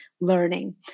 learning